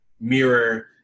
mirror